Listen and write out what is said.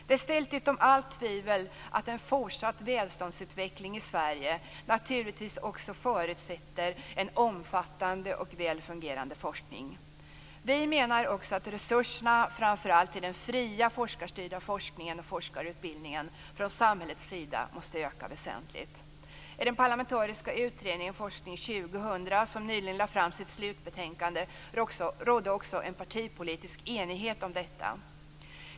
Det är ställt utom allt tvivel att en fortsatt välståndsutveckling i Sverige också förutsätter en omfattande och väl fungerande forskning. Vi menar också att resurserna till framför allt den fria, forskarstyrda forskningen och forskarutbildningen från samhällets sida måste öka väsentligt. I den parlamentariska utredningen Forskning 2000, som nyligen lade fram sitt slutbetänkande, rådde också partipolitisk enighet om detta.